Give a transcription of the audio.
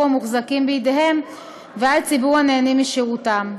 המוחזקים בידיהם ועל ציבור הנהנים משירותם.